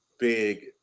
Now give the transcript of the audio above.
Big